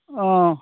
অঁ